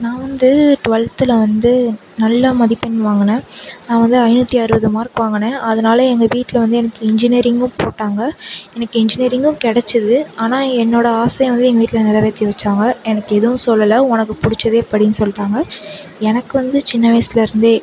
நான் வந்து டுவெல்த்தில் வந்து நல்ல மதிப்பெண் வாங்கினேன் அதாவது ஐநூற்றி அறுபது மார்க் வாங்கினேன் அதனால எங்கள் வீட்டில் வந்து எனக்கு இன்ஜினியரிங்கும் போட்டாங்க எனக்கு இன்ஜினியரிங்கும் கிடச்சிது ஆனால் என்னோடய ஆசையை வந்து எங்கள் வீட்டில் நிறவேத்தி வச்சாங்க எனக்கு எதுவும் சொல்லலை உனக்கு பிடிச்சதே படின்னு சொல்லிவிட்டாங்க எனக்கு வந்து சின்ன வயசுலேருந்தே